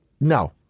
no